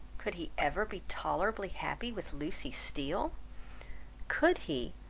could he ever be tolerably happy with lucy steele could he,